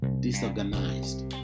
Disorganized